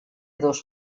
dos